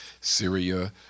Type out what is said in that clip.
Syria